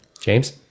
James